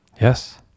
Yes